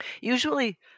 Usually